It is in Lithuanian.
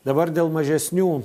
dabar dėl mažesnių